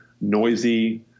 noisy